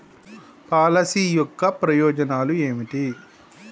Policy యొక్క ప్రయోజనాలు ఏమిటి?